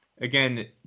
again